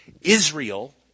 Israel